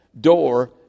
door